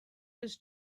his